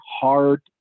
hard